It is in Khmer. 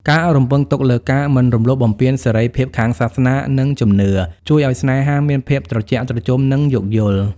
ការរំពឹងទុកលើ "ការមិនរំលោភបំពានសេរីភាពខាងសាសនា និងជំនឿ" ជួយឱ្យស្នេហាមានភាពត្រជាក់ត្រជុំ និងយោគយល់។